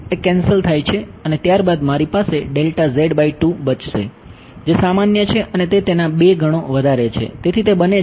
એ cancel થાય છે અને ત્યારબાદ મારી પાસે બચશે જે સામાન્ય છે અને તે તેના 2 ગણો વધારે છે